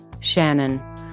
Shannon